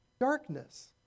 darkness